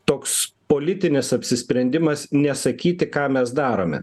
toks politinis apsisprendimas nesakyti ką mes darome